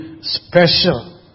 special